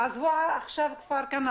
תעזבו עכשיו כפר כנא,